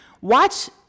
watch